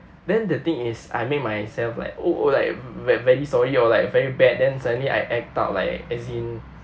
then the thing is I made myself like oh oh like ve~ very sorry or like very bad then suddenly I act out like as in